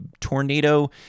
tornado